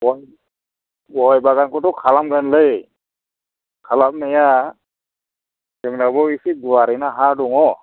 गय गय बागानखौथ' खालामगोन लै खालामनाया जोंनावबो इसे गुवारैनो हा दङ